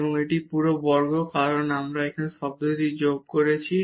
এবং এটি পুরো বর্গ কারণ আমরা এখানে এই শব্দটি যোগ করেছি